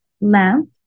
lamp